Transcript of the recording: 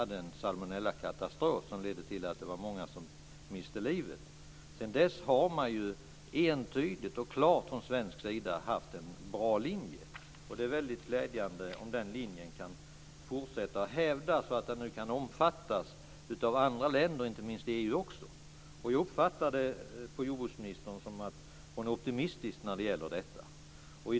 Då hade vi en salmonellakatastrof som ledde till att många miste livet. Sedan dess har man entydigt och klart haft en bra linje från svensk sida. Det är väldigt glädjande om den linjen kan fortsätta att hävdas, så att den nu kan omfattas av andra länder, inte minst inom EU. Jag uppfattade det som att jordbruksministern var optimistisk när det gäller detta.